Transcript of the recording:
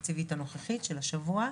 הבנייה התקציבית הנוכחית של השבוע.